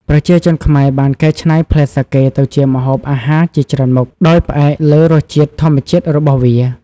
ប្រជាជនខ្មែរបានកែច្នៃផ្លែសាកេទៅជាម្ហូបអាហារជាច្រើនមុខ ដោយផ្អែកលើរសជាតិធម្មជាតិរបស់វា។